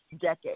decade